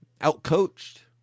Out-coached